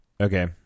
okay